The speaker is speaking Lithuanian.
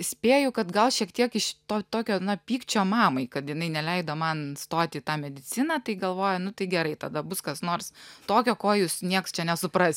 spėju kad gal šiek tiek iš to tokio na pykčio mamai kad jinai neleido man stoti į tą mediciną tai galvoju nu tai gerai tada bus kas nors tokio ko jūs nieks čia nesupras